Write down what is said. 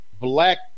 black